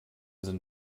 sind